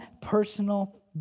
personal